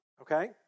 okay